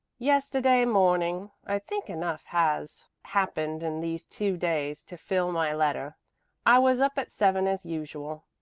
yesterday morning i think enough has happened in these two days to fill my letter i was up at seven as usual.